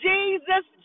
Jesus